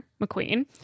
McQueen